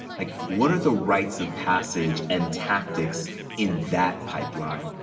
like what are the rights of passage and tactics in that pipeline?